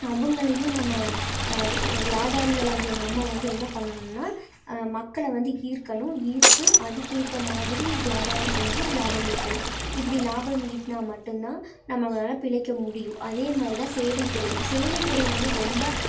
அவங்களையும் நம்ம வியாபாரிகளாகிய நாம் வந்து என்ன பண்ணணும்னா மக்களை வந்து ஈர்க்கணும் ஈர்த்து அதுக்கு ஏற்ற மாதிரி வியாபாரம் செஞ்சு லாபம் ஈட்டணும் இப்படி லாபம் ஈட்டினா மட்டும்தான் நம்மளால் பிழைக்க முடியும் அதேமாதிரி தான் சேவை துறையும் சேவை துறை வந்து ரொம்ப